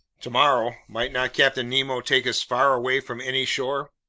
tomorrow, might not captain nemo take us far away from any shore?